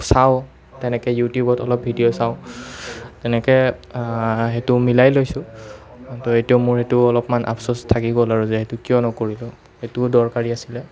চাওঁ তেনেকৈ ইউটিউবত অলপ ভিডিঅ' চাওঁ তেনেকৈ সেইটো মিলাই লৈছোঁ কিন্তু এতিয়া মোৰ এইটো অলপমান আফচোচ থাকি গ'ল আৰু যে সেইটো কিয় নকৰিলোঁ সেইটোও দৰকাৰী আছিলে